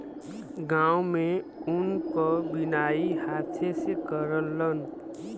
गांव में ऊन क बिनाई हाथे से करलन